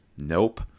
nope